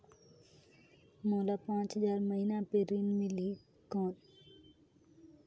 मोला पांच हजार महीना पे ऋण मिलही कौन?